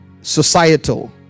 societal